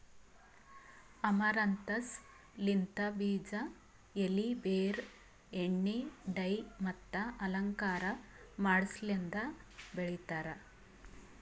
amaranthus ಲಿಂತ್ ಬೀಜ, ಎಲಿ, ಬೇರ್, ಎಣ್ಣಿ, ಡೈ ಮತ್ತ ಅಲಂಕಾರ ಮಾಡಸಲೆಂದ್ ಬೆಳಿತಾರ್